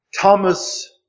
Thomas